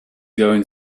going